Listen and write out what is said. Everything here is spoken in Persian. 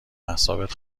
اعصابت